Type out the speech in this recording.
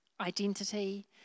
identity